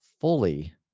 fully